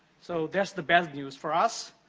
so, that's the bad news for us.